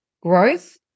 Growth